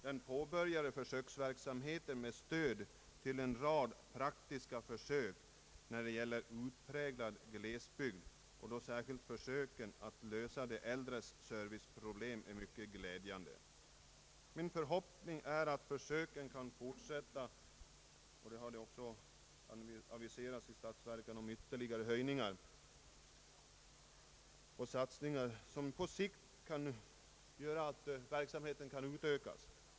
Den påbörjade försöksverksamheten med stöd till en rad praktiska försök när det gäller utpräglad glesbygd — och då särskilt försöken att lösa de äldres serviceproblem — är mycket glädjande. Min förhoppning är att för söken kan fortsätta — det har också aviserats i statsverkspropositionen om ytterligare höjningar för ändamålet — och att satsningarna på sikt ytterligare utökas.